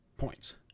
points